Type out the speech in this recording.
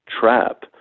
trap